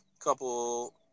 couple